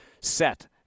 set